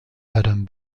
adams